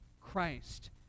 Christ